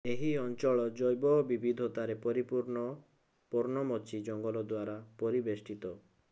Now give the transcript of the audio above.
ଏହି ଅଞ୍ଚଳ ଜୈବ ବିବିଧତାରେ ପରିପୂର୍ଣ୍ଣ ପର୍ଣ୍ଣମୋଚୀ ଜଙ୍ଗଲ ଦ୍ୱାରା ପରିବେଷ୍ଟିତ